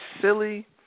silly